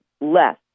less